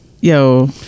yo